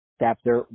chapter